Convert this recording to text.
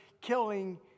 killing